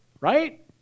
right